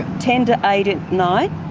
ten to eight at night